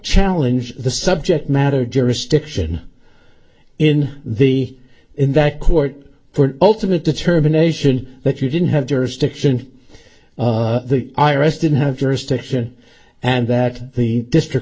challenge the subject matter jurisdiction in the in that court for ultimate determination that you didn't have jurisdiction the i r s didn't have jurisdiction and that the district